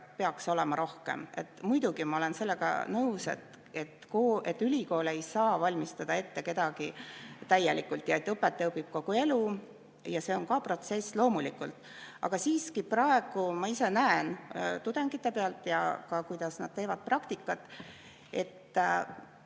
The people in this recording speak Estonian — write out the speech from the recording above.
peaks olema rohkem. Muidugi ma olen sellega nõus, et ülikool ei saa valmistada kedagi täielikult ette ja et õpetaja õpib kogu elu ja see on protsess loomulikult. Aga siiski praegu ma ise näen tudengite pealt ja ka, kuidas nad teevad praktikat, et